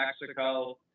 Mexico